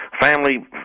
family